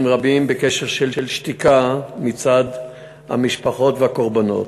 רבים בקשר של שתיקה מצד המשפחות והקורבנות,